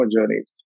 journeys